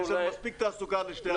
יש מספיק תעסוקה לשתי הוועדות.